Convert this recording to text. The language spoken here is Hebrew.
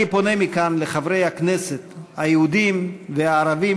אני פונה מכאן לחברי הכנסת היהודים והערבים,